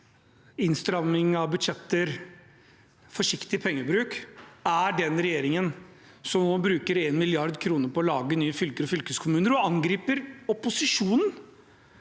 innstramming av budsjetter og forsiktig pengebruk, er den regjeringen som nå bruker 1 mrd. kr på å lage nye fylker og fylkeskommuner og angriper opposisjonen